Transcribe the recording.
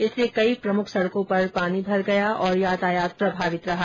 इससे कई प्रमुख सड़कों पर पानी भर गया और यातायात प्रभावित रहा